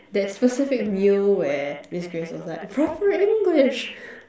that specific meal where miss grace was like proper English